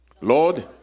Lord